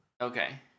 okay